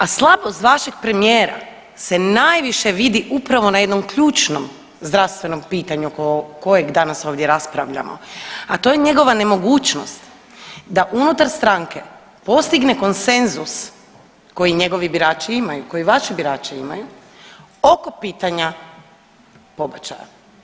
A slabost vašeg premijera se najviše vidi upravo na jednom ključnom zdravstvenom pitanju oko kojeg danas ovdje raspravljamo, a to je njegova nemogućnost da unutar stranke postigne konsenzus koji njegovi birači imaju, koji vaši birači imaju oko pitanja pobačaja.